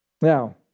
Now